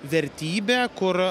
vertybė kur